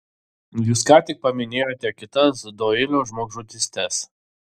jūs ką tik paminėjote kitas doilio žmogžudystes